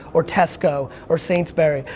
or tesco, or sainsbury,